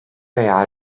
veya